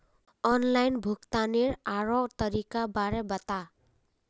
online भुग्तानेर आरोह तरीकार बारे बता